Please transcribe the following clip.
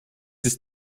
ist